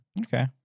Okay